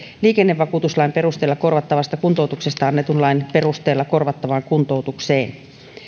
liikennevakuutuslain perusteella korvattavasta kuntoutuksesta annetun lain perusteella korvattavaan kuntoutukseen